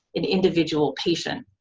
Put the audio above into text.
and individual patient.